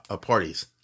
parties